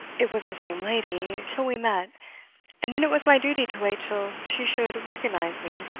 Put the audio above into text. it was the same lady, till we met and then it was my duty to wait till she should recognise me.